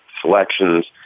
selections